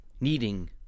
kneading